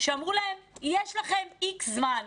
שאמרו להם: יש לכם X זמן,